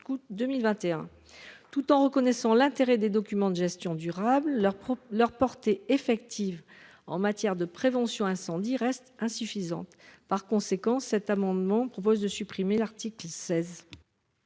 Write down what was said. août 2021. Tout en reconnaissant l'intérêt des documents de gestion durable leur propre leur portée effective en matière de prévention incendie reste insuffisante. Par conséquent, cet amendement propose de supprimer l'article 16.